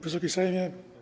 Wysoki Sejmie!